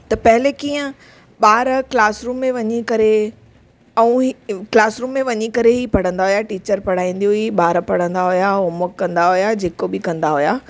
त पहले कीअं ॿार क्लास रूम में वञी करे क्लास रूम में ई वञी करे पढ़ंदा हुआ टीचर पढ़ाईंदी हुई ॿार पढ़ंदा हुआ होम वर्क कंदा हुआ जेको बि कंदा हुआ